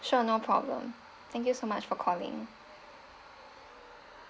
sure no problem thank you so much for calling